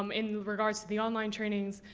um in regards to the online trainings,